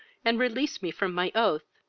and release me from my oath,